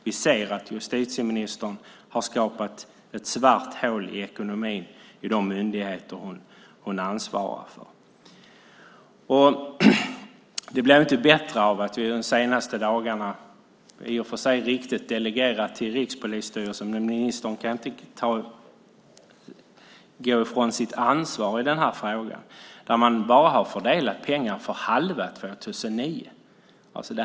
Vi ser att justitieministern har skapat ett svart hål i ekonomin för de myndigheter hon ansvarar för. Det blir inte bättre av att det de senaste dagarna har delegerats till Rikspolisstyrelsen. Men hon kan inte gå från sitt ansvar i den här frågan. Man har bara fördelat pengar för halva 2009.